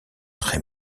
très